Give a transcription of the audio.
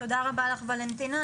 תודה רבה לך, ולנטינה.